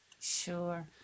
Sure